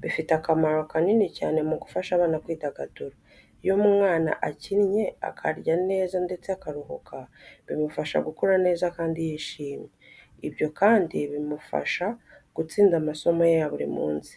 bifite akamaro kanini cyane mu gufasha abana kwidagadura. Iyo umwana akinnye, akarya neza ndetse akaruhuka bimufasha gukura neza kandi yishimye. Ibyo kandi bimufasha gutsinda amasomo ye ya buri munsi.